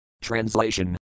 Translation